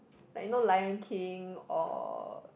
like you know lion-king or